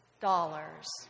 dollars